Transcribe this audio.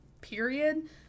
period